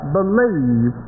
believe